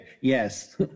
Yes